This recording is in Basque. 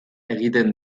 egiten